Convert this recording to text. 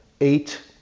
eight